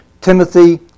Timothy